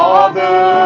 Father